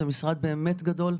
זה משרד באמת גדול.